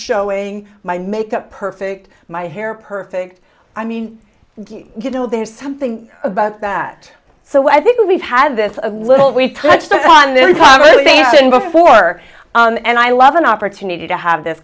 showing my makeup perfect my hair perfect i mean you know there's something about that so i think we've had this a little we've touched on this before and i love an opportunity to have this